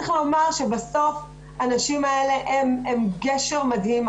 צריך לומר שבסוף הנשים האלה הן גשר מדהים.